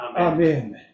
Amen